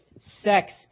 sex